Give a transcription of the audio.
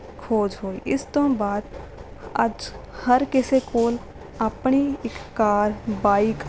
ਖੋਜ ਹੋਈ ਇਸ ਤੋਂ ਬਾਅਦ ਅੱਜ ਹਰ ਕਿਸੇ ਕੋਲ ਆਪਣੀ ਇੱਕ ਕਾਰ ਬਾਈਕ